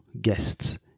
guests